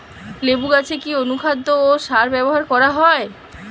লেবু গাছে কি অনুখাদ্য ও সার ব্যবহার করা হয়?